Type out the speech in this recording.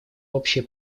общие